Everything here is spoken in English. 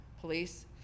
police